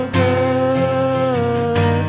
good